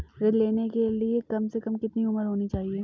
ऋण लेने के लिए कम से कम कितनी उम्र होनी चाहिए?